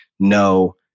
No